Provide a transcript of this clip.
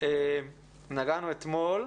נגענו אתמול.